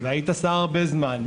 והיית שר זמן רב,